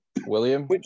William